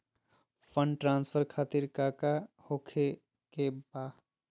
Fund transfer खातिर काका होखे का बा?